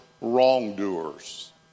wrongdoers